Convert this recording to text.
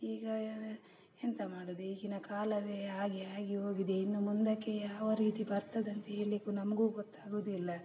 ಈಗ ಎಂತ ಮಾಡುವುದು ಈಗಿನ ಕಾಲವೇ ಹಾಗೆ ಆಗಿ ಹೋಗಿದೆ ಇನ್ನೂ ಮುಂದಕ್ಕೆ ಯಾವ ರೀತಿ ಬರ್ತದೆ ಅಂಥೇಳ್ಲಿಕ್ಕೂ ನಮಗೂ ಗೊತ್ತಾಗುವುದಿಲ್ಲ